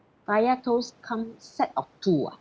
kaya toast come set of two ah